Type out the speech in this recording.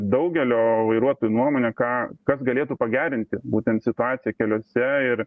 daugelio vairuotojų nuomonė ką kas galėtų pagerinti būtent situaciją keliuose ir